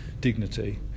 dignity